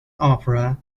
opera